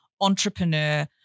entrepreneur